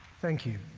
thank you.